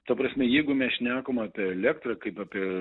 ta prasme jeigu mes šnekam apie elektrą kaip apie